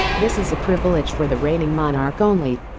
this is a privilege for the reigning monarch only.